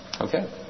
Okay